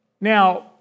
Now